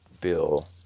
bill